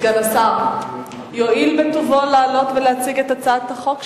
סגן השר יואיל בטובו לעלות ולהציג את הצעת החוק שלך.